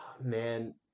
Man